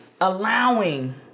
allowing